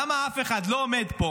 למה אף אחד לא עומד פה